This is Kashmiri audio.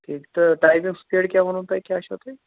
ٹھیٖک تہٕ ٹایمِنٛگ سٕپیٖڈ کیٛاہ ووٚنوٕ تۄہہِ کیٛاہ چھو تۄہہِ